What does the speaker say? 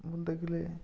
মুখ দেখলে